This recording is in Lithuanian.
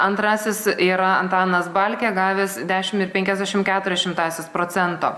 antrasis yra antanas balkė gavęs dešimt ir penkiasdešimt keturias šimtąsias procento